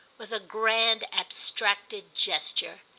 with a grand abstracted gesture.